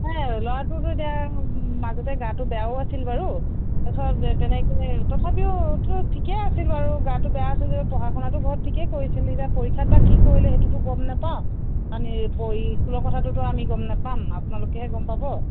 নাই ল'ৰাটোৰটো এতিয়া মাজতে গাটো বেয়াও আছিল বাৰু তাৰপাছত তেনেকৈ তথাপিও ঠিকে আছিল বাৰু গাটো বেয়া আছিল যদিও পঢ়া শুনাটো ঘৰত ঠিকে কৰিছিল এতিয়া পৰীক্ষাত বা কি কৰিলে সেইটোটো গম নাপাওঁ মানে প স্কুলৰ কথাটোটো আমি গম নাপাম আপোনালোকেহে গম পাব